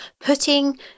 putting